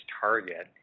target